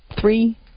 three